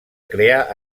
crear